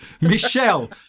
Michelle